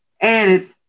added